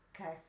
Okay